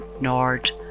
Nord